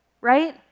Right